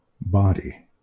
body